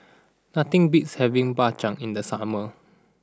nothing beats having Bak Chang in the summer